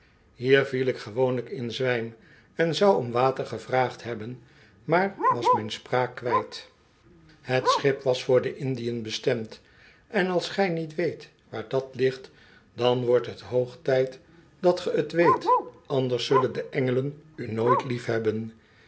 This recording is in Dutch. hier viel ik gewoonlijk in zwijm en zou om water gevraagd hebben maar was mijn spraak kwijt het schip was voor de indien bestemd en als gij niet weet waar dat ligt dan wordt het hoog tijd dat ge t weet anders zullen de engelen u nooit